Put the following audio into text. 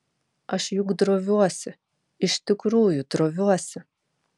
aš juk droviuosi iš tikrųjų droviuosi